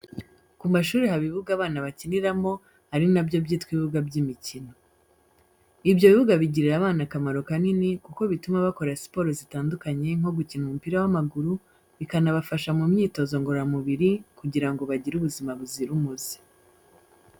Ku mashuri haba ibibuga abana bakiniramo, ari na byo byitwa ibibuga by'imikino. Ibyo bibuga bigirira abana akamaro kanini kuko bituma bakora siporo zitandukanye nko gukina umupira w'amaguru, bikanabafasha mu myitozo ngororamubiri kugira ngo bagire ubuzima buzira umuze.